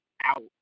out